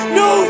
no